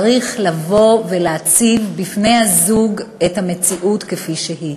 צריך לבוא ולהציב בפני הזוג את המציאות כפי שהיא.